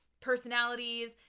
personalities